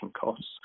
costs